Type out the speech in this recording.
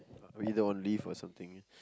either on leave or something